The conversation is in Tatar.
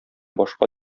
башка